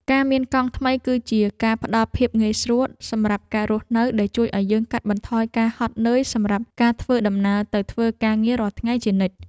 ការមានកង់ថ្មីគឺជាការផ្ដល់ភាពងាយស្រួលសម្រាប់ការរស់នៅដែលជួយឱ្យយើងកាត់បន្ថយការហត់នឿយសម្រាប់ការធ្វើដំណើរទៅធ្វើការងាររាល់ថ្ងៃជានិច្ច។